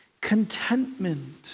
contentment